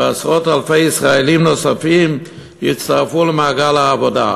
ועשרות אלפי ישראלים נוספים יצטרפו למעגל האבטלה.